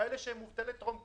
כאלה שהם מובטלי טרום קורונה,